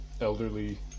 elderly